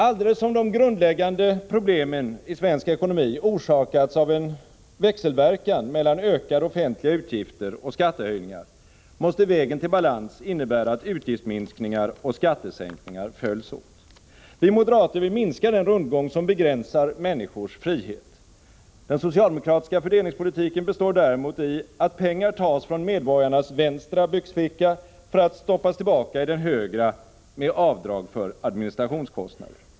Alldeles som de grundläggande problemen i svensk ekonomi orsakats av en växelverkan mellan ökade offentliga utgifter och skattehöjningar måste vägen till balans innebära att utgiftsminskningar och skattesänkningar följs åt. Vi moderater vill minska den rundgång som begränsar människors frihet. Den socialdemokratiska fördelningspolitiken består däremot i att pengar tas från medborgarnas vänstra byxficka för att stoppas tillbaka i den högra, efter avdrag för administrationskostnader.